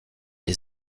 les